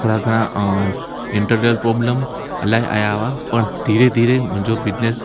थोरा घणा अ इंटरनल प्रोब्लम इलाही आया हुआ पर धीरे धीरे मुंहिंजो बिज़नस